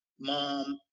mom